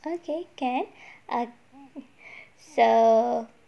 okay can err so